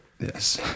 Yes